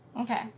Okay